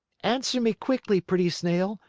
answer me quickly, pretty snail,